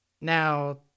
Now